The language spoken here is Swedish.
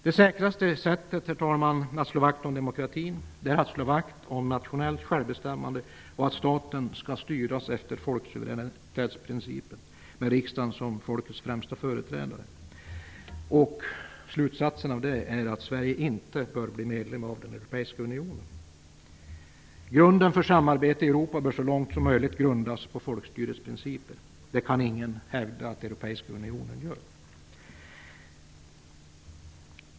Det säkraste sättet att slå vakt om demokratin är att slå vakt om nationellt självbestämmande och om att staten skall styras efter folksuveränitetsprincipen med riksdagen som folkets främsta företrädare. Slutsatsen av detta blir att Sverige inte bör bli medlem av den europeiska unionen. Samarbete i Europa bör så långt som möjligt grundas på folkstyresprinciper. Det kan ingen hävda att Europeiska unionen gör.